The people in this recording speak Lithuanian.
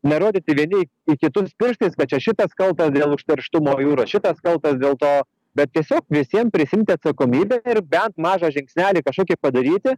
nerodyti vieni į kitus pirštais kad čia šitas kaltas dėl užterštumo jūros šitas kaltas dėl to bet tiesiog visiem prisiimti atsakomybę ir bent mažą žingsnelį kažkokį padaryti